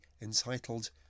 entitled